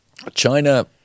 China